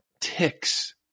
Ticks